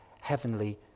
heavenly